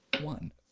One